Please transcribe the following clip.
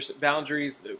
boundaries